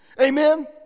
Amen